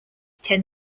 tend